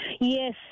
Yes